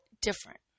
different